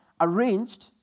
arranged